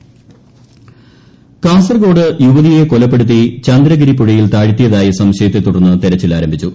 കാസർകോട് കാസർകോട് യുവതിയെ കൊലപ്പെടുത്തി ചന്ദ്രഗിരിപ്പുഴയിൽ താഴ്ത്തിയതായ സംശയത്തെ തുടർന്ന് തെരച്ചിൽ ആരംഭിച്ചു